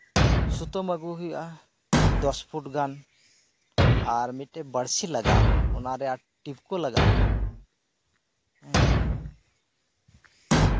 ᱥᱩᱛᱟᱹᱢ ᱟᱹᱜᱩ ᱦᱩᱭᱩᱜᱼᱟ ᱫᱚᱥᱯᱷᱩᱴ ᱜᱟᱱ ᱟᱨ ᱢᱤᱫᱴᱮᱱ ᱵᱟᱹᱲᱥᱤ ᱞᱟᱜᱟᱝᱜᱼᱟ ᱚᱱᱟᱨᱮ ᱪᱷᱤᱯ ᱠᱚ ᱞᱟᱜᱟᱜᱼᱟ ᱦᱮᱸ